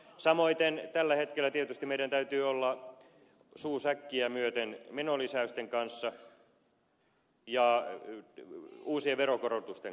samoiten tällä hetkellä tietysti meidän täytyy olla suu säkkiä myöten menolisäysten kanssa ja uusien verokorotusten kanssa